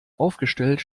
aufgestellt